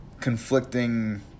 conflicting